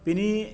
बेनि